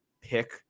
pick